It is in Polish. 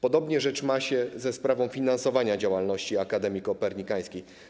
Podobnie rzecz ma się w kwestii finansowania działalności Akademii Kopernikańskiej.